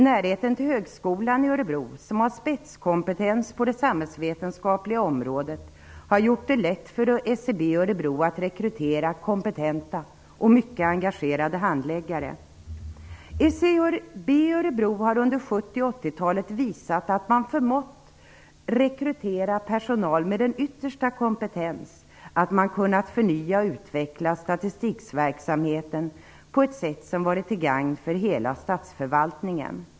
Närheten till högskolan i Örebro, med spetskompetens på det samhällsvetenskapliga området, har gjort det lätt för SCB i Örebro att rekrytera kompetenta och mycket engagerade handläggare. SCB i Örebro har under 70 och 80-talet visat att man förmått rekrytera personal med den yttersta kompetens och att man har kunnat förnya och utveckla statistikverksamheten på ett sätt som har varit till gagn för hela statsförvaltningen.